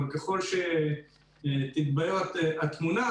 אבל ככל שתתבהר התמונה,